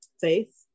faith